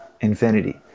infinity